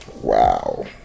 Wow